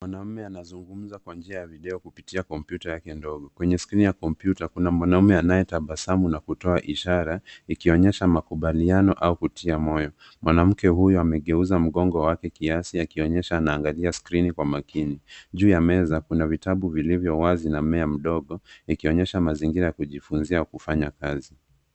Mwanaume wanazugumza kwa njia ya video kupitia kompyuta yake ndogo. Kwenye skrini ya kompyuta kuna mwanaume anayetabasamu na kutoa ishara ikionyesha makubaliano au kutia moyo. Mwanamke huyo amegeuza mlango wake kiasi akionyesha anaangalia skrini kwa makini. Juu ya meza kuna vitabu zilivyo wazi na mmea mdogo ikionyesha mazingira ya kujifunzia au kufanya kazi.